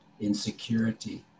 insecurity